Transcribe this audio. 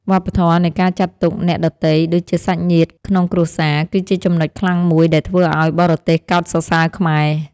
វប្បធម៌នៃការចាត់ទុកអ្នកដទៃដូចជាសាច់ញាតិក្នុងគ្រួសារ គឺជាចំណុចខ្លាំងមួយដែលធ្វើឱ្យបរទេសកោតសរសើរខ្មែរ។